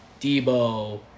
Debo